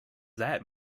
that